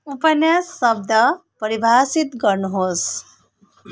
उपन्यास शब्द परिभाषित गर्नुहोस्